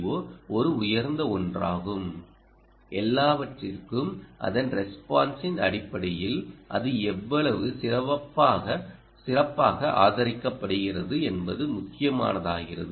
ஓ ஒரு உயர்ந்த ஒன்றாகும் எல்லாவற்றிற்கும் அதன் ரெஸ்பான்ஸின் அடிப்படையில் அது எவ்வளவு சிறப்பாக ஆதரிக்கப்படுகிறது என்பது முக்கியமானதாகிறது